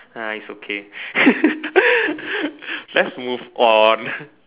nah it's okay let's move on